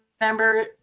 member